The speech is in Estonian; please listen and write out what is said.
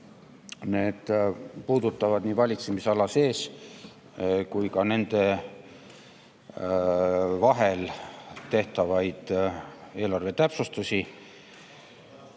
Need puudutavad nii valitsemisalade sees kui ka nende vahel tehtavaid eelarve täpsustusi.